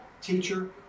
Teacher